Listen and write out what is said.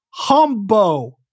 Humbo